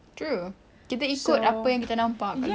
true kita ikut apa yang kita nampak